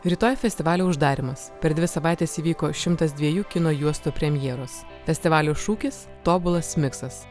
rytoj festivalio uždarymas per dvi savaites įvyko šimtas dviejų kino juostų premjeros festivalio šūkis tobulas miksas